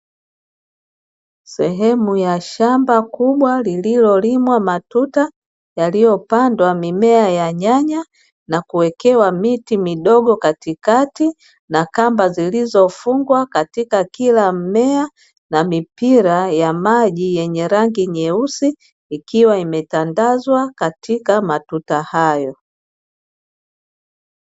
Sehemu ya shamba kubwa lililolimwa matuta, yaliyopandwa mimea ya nyanya, na kuwekewa miti midogo katikati na kamba zilizofungwa katika kila mmea na mipira ya maji yenye rangi nyeusi, ikiwa imetandazwa katika matuta hayo.